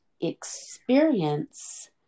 experience